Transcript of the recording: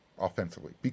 offensively